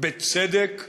בצדק ובמשפט.